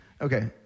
Okay